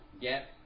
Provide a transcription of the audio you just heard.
get